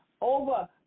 over